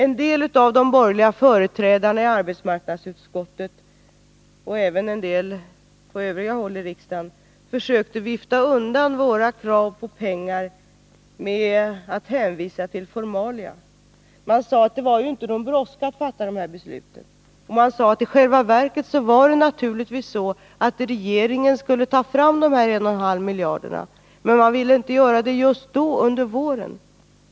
En del av de borgerliga företrädarna i arbetsmarknadsutskottet, och även en del på övriga håll i riksdagen, försökte vifta undan våra krav på mera pengar med att hänvisa till formalia. Man sade att det ju inte var någon brådska att fatta de här besluten, och man sade att i själva verket var det naturligtvis så att regeringen skulle komma att ta fram dessa 1,5 miljarder, men man ville inte göra det just då under våren.